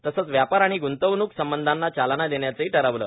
तसंच व्यापार आणि गुंतवणूक संबंधांना चालना देण्याचंही ठरवलं